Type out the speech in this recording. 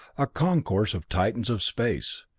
a concourse of titans of space,